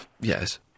Yes